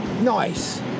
nice